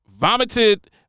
vomited